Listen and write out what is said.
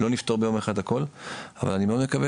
לא נפתור ביום אחד הכול אבל אני מאוד מקווה